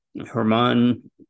Herman